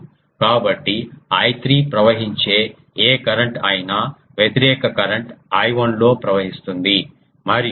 కాబట్టి I3 ప్రవహించే ఏ కరెంట్ అయినా వ్యతిరేక కరెంట్ I1 లో ప్రవహిస్తుంది మరియు